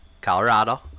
Colorado